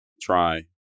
try